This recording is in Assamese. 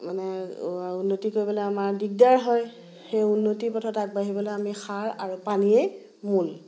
মানে উন্নতি কৰিবলৈ আমাৰ দিগদাৰ হয় সেই উন্নতি পথত আগবাঢ়িবলৈ আমাৰ সাৰ আৰু পানীয়েই মূল